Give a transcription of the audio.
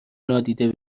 نادیده